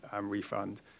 refund